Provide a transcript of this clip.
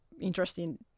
interesting